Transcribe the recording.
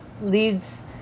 leads